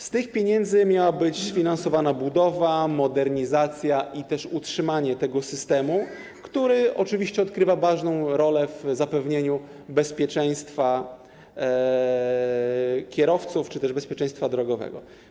Z tych pieniędzy miała być finansowana budowa, modernizacja i utrzymanie tego systemu, który odgrywa ważną rolę w zapewnieniu bezpieczeństwa kierowców czy też bezpieczeństwa drogowego.